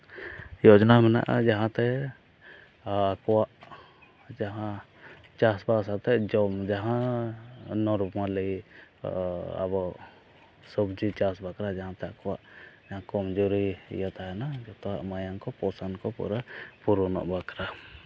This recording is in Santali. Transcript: ᱡᱳᱡᱳᱱᱟ ᱢᱮᱱᱟᱜᱼᱟ ᱡᱟᱦᱟᱸᱛᱮ ᱟᱠᱚᱣᱟᱜ ᱡᱟᱦᱟᱸ ᱪᱟᱥᱵᱟᱥᱟᱛᱮᱫ ᱡᱚᱢ ᱡᱟᱦᱟᱸ ᱱᱚᱨᱢᱟᱞᱤ ᱟᱵᱚ ᱥᱚᱵᱽᱡᱤ ᱪᱟᱥ ᱵᱟᱠᱷᱨᱟ ᱡᱟᱦᱟᱸᱛᱮ ᱟᱠᱚᱣᱟᱜ ᱠᱚᱢᱡᱚᱨᱤ ᱤᱭᱟᱹ ᱛᱟᱦᱮᱱᱟ ᱡᱚᱛᱚᱣᱟᱜ ᱢᱟᱭᱟᱢ ᱠᱚ ᱯᱚᱥᱚᱱ ᱠᱚ ᱯᱚᱨᱮ ᱯᱩᱨᱩᱱᱚᱜ ᱵᱟᱠᱷᱨᱟ